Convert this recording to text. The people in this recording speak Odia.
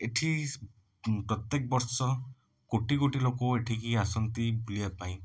ଏଠି ଉଁ ପ୍ରତ୍ୟେକ ବର୍ଷ କୋଟି କୋଟି ଲୋକ ଏଠିକି ଆସନ୍ତି ବୁଲିବାପାଇଁ